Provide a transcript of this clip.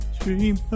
dream